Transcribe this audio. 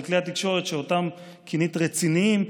על כלי התקשורת שאותם כינית "רציניים".